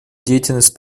деятельность